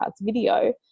video